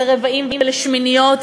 ולרבעים ולשמיניות.